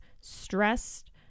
stressed